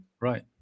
Right